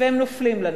והם נופלים לנו.